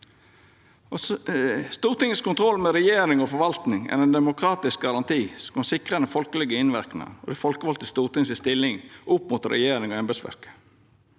Stortingets kontroll med regjering og forvaltning er ein demokratisk garanti som sikrar den folkelege innverknaden og det folkevalde stortinget si stilling opp mot regjeringa og embetsverket.